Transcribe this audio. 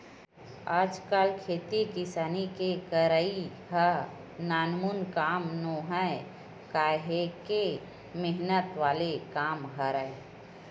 आजकल खेती किसानी के करई ह नानमुन काम नोहय काहेक मेहनत वाले काम हरय